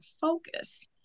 focus